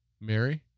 Mary